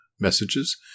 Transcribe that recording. messages